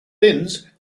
bins